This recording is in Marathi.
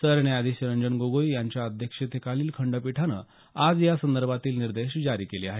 सरन्यायधीश रंजन गोगोई यांच्या अध्यक्षतेखालील खंडपीठान आज या संदर्भातील निर्देश जारी केले आहेत